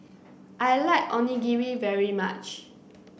I like Onigiri very much